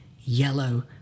yellow